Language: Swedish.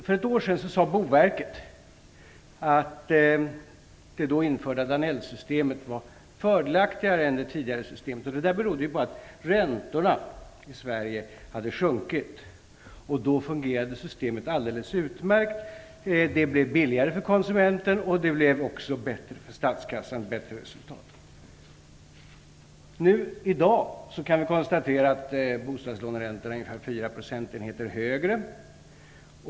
För ett år sedan sade Boverket att det då införda Annell-systemet var fördelaktigare än det tidigare systemet. Det berodde på att räntorna i Sverige hade sjunkit. Då fungerade systemet alldeles utmärkt. Det blev billigare för konsumenten, och resultatet för statskassan blev bättre. I dag kan vi konstatera att bostadslåneräntorna är ungefär fyra procentenheter högre.